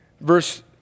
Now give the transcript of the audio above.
verse